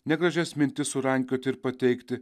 ne gražias mintis surankioti ir pateikti